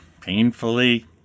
painfully